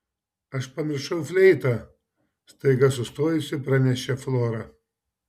aš pamiršau fleitą staiga sustojusi pranešė flora